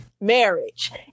marriage